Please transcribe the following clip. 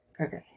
Okay